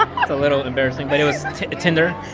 a little embarrassing, but it was tinder